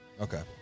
Okay